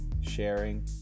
sharing